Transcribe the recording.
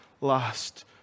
last